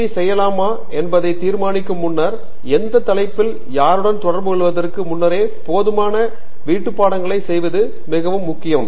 D செய்யலாமா என்பதைத் தீர்மானிக்கும் முன்னர் எந்த தலைப்பிலும் யாருடனும் தொடர்புகொள்வதற்கு முன்னரே போதுமான வீட்டுப்பாடங்களை செய்வது மிகவும் முக்கியம்